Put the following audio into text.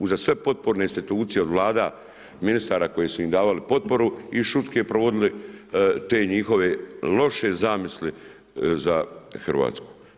Uza sve potporne institucije od Vlada, ministara koji su im davali potporu i šutke provodili te njihove loše zamisli za Hrvatsku.